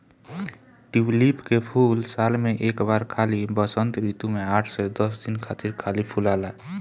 tulip के फूल साल में एक बार खाली वसंत ऋतू में आठ से दस दिन खातिर खाली फुलाला